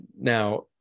Now